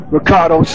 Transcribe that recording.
Ricardo